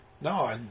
No